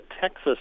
Texas